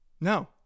no